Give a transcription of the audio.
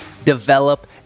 Develop